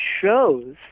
shows